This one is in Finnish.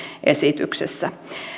esityksessä